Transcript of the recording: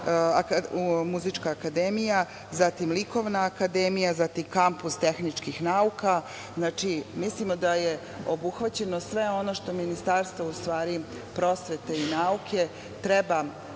Muzička akademija, zatim, Likovna akademija, kampus tehničkih nauka, mislimo da je obuhvaćeno sve ono što Ministarstvo prosvete i nauke treba